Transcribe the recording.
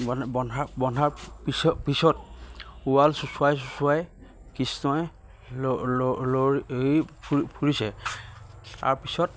বন্ধা বন্ধাৰ পিছ পিছত উৰাল চুচুৱাই চুচুৱাই কৃষ্ণই লৈ ফুৰি ফুৰিছে তাৰপিছত